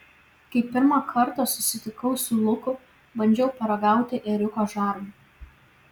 kai pirmą kartą susitikau su luku bandžiau paragauti ėriuko žarnų